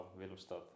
Willemstad